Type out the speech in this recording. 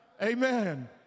Amen